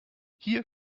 hier